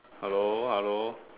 hello hello